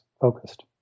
focused